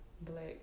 Black